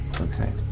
Okay